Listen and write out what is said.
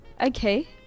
Okay